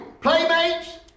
playmates